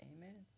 amen